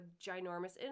ginormous